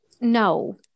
No